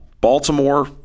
Baltimore